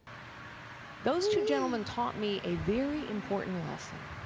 those two gentlemen taught me a very important lesson